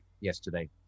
yesterday